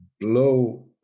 blow